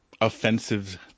offensive